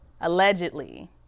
allegedly